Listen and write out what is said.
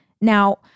Now